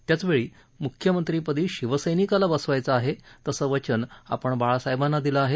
त्याचवेळी मुख्यमंत्रीपदी शिवसैनिकाला बसवायचं आहे तसं वचन बाळासाहेबांना दिलं आहे